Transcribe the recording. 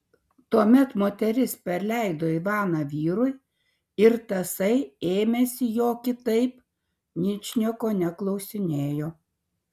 tuomet moteris perleido ivaną vyrui ir tasai ėmėsi jo kitaip ničnieko neklausinėjo